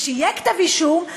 כשיהיה כתב אישום,